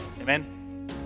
Amen